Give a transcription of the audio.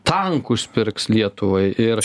tankus pirks lietuvai ir